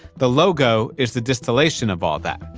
the logo is the distillation of all that,